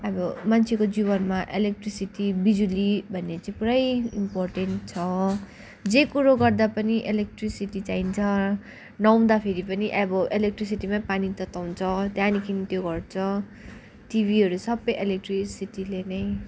अब मान्छेको जीवनमा इलेक्ट्रिसिटी बिजुली भन्ने चाहिँ पुरै इम्पोर्टेन्ट छ जे कुरो गर्दा पनि इलेक्ट्रिसिटी चाहिन्छ नुहाउँदाखेरि पनि अब इलेक्ट्रिसिटीमै पानी तताउँछ त्यहाँदेखि त्यो गर्छ टिभीहरू सबै इलेक्ट्रिसिटीले नै